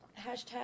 Hashtag